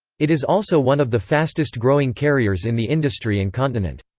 it is also one of the fastest-growing carriers in the industry and continent.